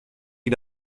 die